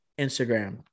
Instagram